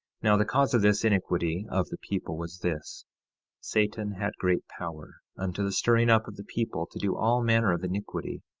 now the cause of this iniquity of the people was this satan had great power, unto the stirring up of the people to do all manner of iniquity,